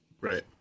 Right